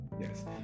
Yes